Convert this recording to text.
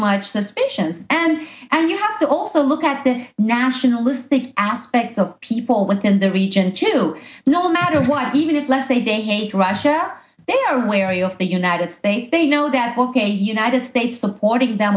much suspicions and and you have to also look at the nationalistic aspects of people within the region to no matter why even if let's say they hate rush out they are wary of the united states they know that ok united states supporting them